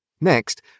Next